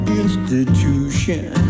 institution